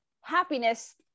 happiness